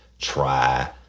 try